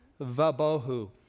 vabohu